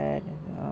ya